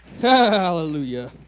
Hallelujah